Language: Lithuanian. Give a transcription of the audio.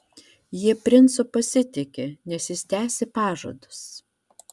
jie princu pasitiki nes jis tesi pažadus